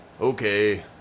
Okay